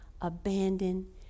abandoned